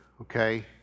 okay